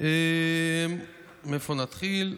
מאיפה נתחיל?